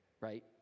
right